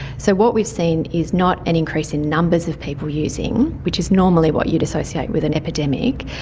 so what we've seen is not an increase in numbers of people using, which is normally what you would associate with an epidemic,